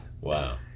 Wow